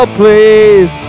please